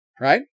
Right